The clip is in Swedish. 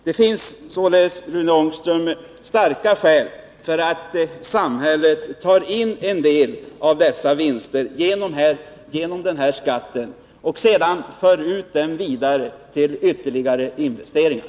Det finns således, Rune Ångström, starka skäl för samhället att ta in en del av dessa vinster genom den här skatten, för att sedan föra ut pengarna till investeringar.